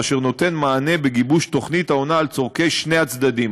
והיא נותנת מענה בגיבוש תוכנית העונה על צורכי שני הצדדים,